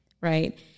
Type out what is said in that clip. right